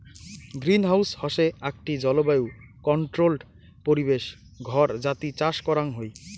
greenhouse হসে আকটি জলবায়ু কন্ট্রোল্ড পরিবেশ ঘর যাতি চাষ করাং হই